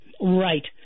Right